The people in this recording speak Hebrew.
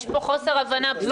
יש פה חוסר הבנה בסיסי.